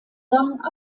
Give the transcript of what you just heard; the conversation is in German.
gang